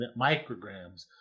micrograms